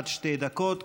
עד שתי דקות,